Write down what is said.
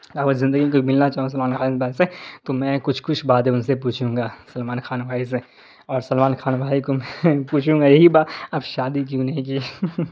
زندگی میں کبھی ملنا چاہوں سلمان خان بھائی سے تو میں کچھ کچھ بادیں ان سے پوچھوں گا سلمان خان بھائی سے اور سلمان خان بھائی کو میں پوچھوں گا یہی بات آپ شادی کیوں نہیں کیے